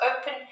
open